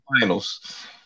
Finals